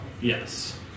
yes